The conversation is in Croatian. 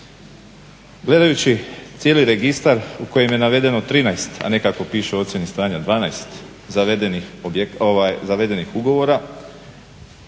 Gledajući cijeli registar u kojem je navedeno 13, a nekako piše u ocjeni stanja 12, zavedenih objekata,